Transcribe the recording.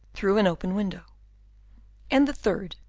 through an open window and the third,